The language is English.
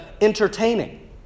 entertaining